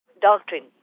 doctrine